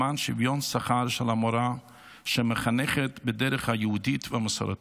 למען שוויון בשכר של המורה שמחנכת בדרך היהודית והמסורתית.